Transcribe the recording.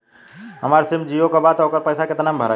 हमार सिम जीओ का बा त ओकर पैसा कितना मे भराई?